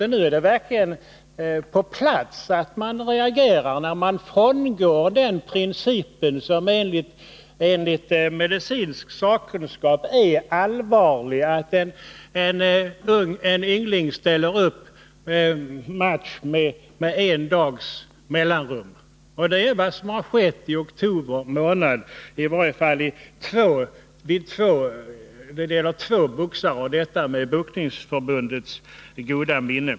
Men nu är det verkligen på sin plats att reagera, när man frångår en princip som enligt medicinsk sakkunskap är väsentlig, genom att en yngling får ställa upp i matcher med en dags mellanrum. Det är i varje fall vad som harskett i oktober månad när det gäller två boxare, med Boxningsförbundets goda minne.